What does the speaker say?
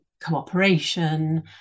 cooperation